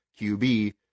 QB